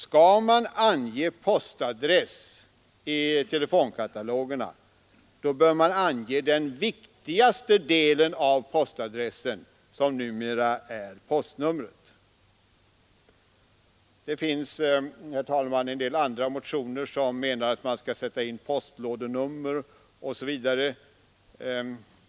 Skall man ange postadress i telekatalogerna, bör man ange den viktigaste delen av postadressen, som numera är postnumret. Det finns, herr talman, en del andra motioner med yrkanden om att man skall sätta in postlådenummer osv.